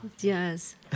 Yes